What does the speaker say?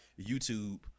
YouTube